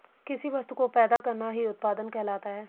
किसी वस्तु को पैदा करना ही उत्पादन कहलाता है